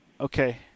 Okay